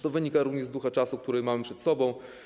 To wynika również z ducha czasu, który mamy przed sobą.